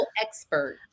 expert